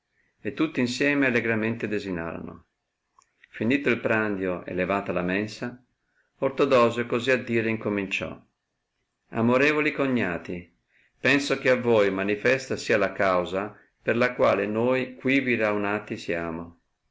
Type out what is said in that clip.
e tutti insieme allegramente desinarono finito il prandio e levata la mensa ortodosio così a dire incominciò amorevoli cognati penso che a voi manifesta sia la causa per la quale noi quivi raunati siamo